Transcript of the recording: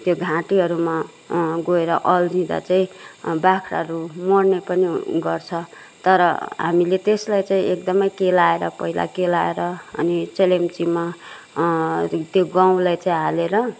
त्यो घाँटीहरूमा गएर अल्झिँदा चाहिँ बाख्राहरू मर्ने पनि गर्छ तर हामीले त्यसलाई चाहिँ एकदमै केलाएर पहिला केलाएर अनि चेलेमचीमा त्यो गहुँलाई चाहिँ हालेर